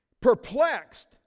perplexed